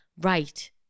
right